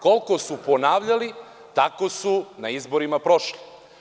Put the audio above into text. Koliko su ponavljali, tako su na izborima prošli.